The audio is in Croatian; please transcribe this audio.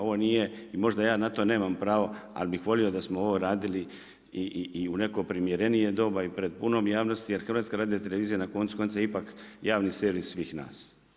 Ovo nije i možda ja to nemam pravo, ali bih volio da smo ovo radili i u neko primjerenije doba i pred punom javnosti, jer Hrvatska radiotelevizija na koncu konca je ipak javni servis svih nas.